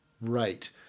Right